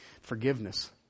forgiveness